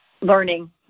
learning